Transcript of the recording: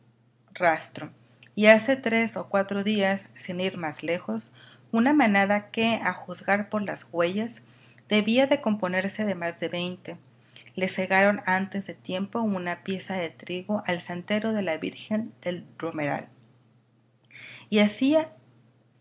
rastro y hace tres o cuatro días sin ir más lejos una manada que a juzgar por la huellas debía de componerse de más de veinte le segaron antes de tiempo una pieza de trigo al santero de la virgen del romeral y hacía